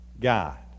God